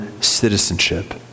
citizenship